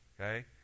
Okay